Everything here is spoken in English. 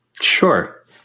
Sure